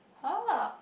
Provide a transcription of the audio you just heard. !huh!